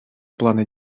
плана